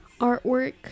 artwork